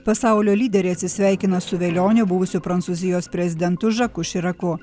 pasaulio lyderiai atsisveikina su velioniu buvusiu prancūzijos prezidentu žaku širaku